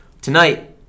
Tonight